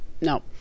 no